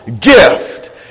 gift